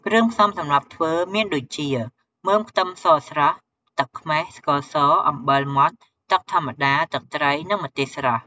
គ្រឿងផ្សំសម្រាប់ធ្វើមានដូចជា មើមខ្ទឹមសស្រស់ ទឹកខ្មេះ ស្ករស អំបិលម៉ដ្ឋ ទឹកធម្មតា ទឹកត្រី និងម្ទេសស្រស់។